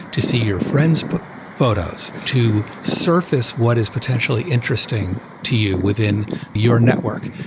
to see your friends but photos. to surface what is potentially interesting to you within your network.